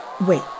Wait